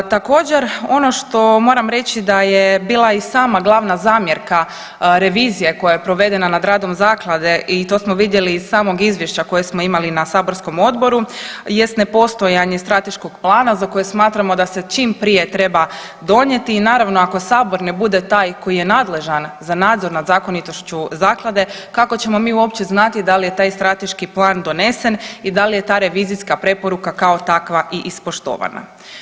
Također ono što moram reći da je bila i sama glavna zamjerka revizije koja je provedena nad radom zaklade i to smo vidjeli iz samog izvješća koje smo imali na saborskom odboru, jest ne postojanje strateškog plana za koje smatramo da se čim prije treba donijeti i naravno ako sabor ne bude taj koji je nadležan za nadzor nad zakonitošću zaklade, kako ćemo mi uopće znati da li je taj strateški plan donesen i da li je ta revizijska preporuka kao takva i ispoštovana.